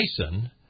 Tyson